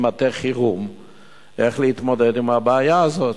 מטה חירום להתמודדות עם הבעיה הזאת.